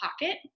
pocket